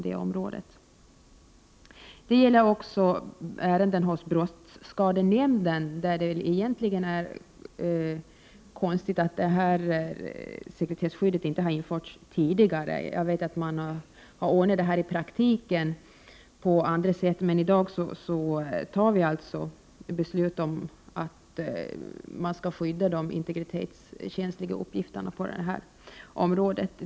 Detsamma gäller ärenden hos brottsskadenämnden, där det egentligen är konstigt att sekretesskyddet inte har införts tidigare. Jag vet att man ordnat — Prot. 1988/89:120 det i praktiken på annat sätt, men i dag kommer vi alltså att fatta beslut om att 24 maj 1989 man skall skydda de integritetskänsliga uppgifterna på detta område.